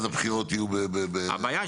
כל ההערות